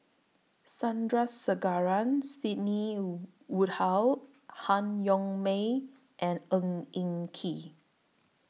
Sandrasegaran Sidney Woodhull Han Yong May and Ng Eng Kee